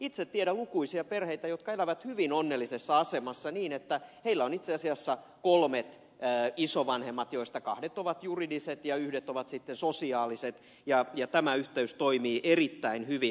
itse tiedän lukuisia perheitä jotka elävät hyvin onnellisessa asemassa niin että heillä on itse asiassa kolmet isovanhemmat joista kahdet ovat juridiset ja yhdet ovat sitten sosiaaliset ja tämä yhteys toimii erittäin hyvin